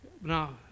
Now